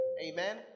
amen